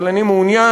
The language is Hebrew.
אבל אני מעוניין,